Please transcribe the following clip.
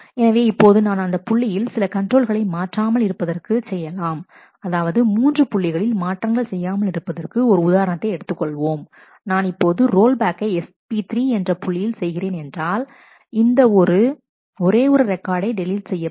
எனவே இப்போது நான் அந்தப் புள்ளியில் சில கன்ட்ரோல்களை மாற்றாமல் இருப்பதற்கு செய்யலாம் அதாவது மூன்று புள்ளிகளில் மாற்றங்கள் செய்யாமல் இருப்பதற்கு ஒரு உதாரணத்தை எடுத்துக் கொள்வோம் நான் இப்போது ரோல் பேக்கை SP3 என்ற புள்ளியில் செய்கிறேன் என்றாள் இந்த ஒரு ஒரேஒரு ரெக்கார்டு டெலீட் செய்யப்படும்